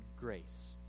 grace